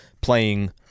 playing